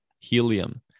helium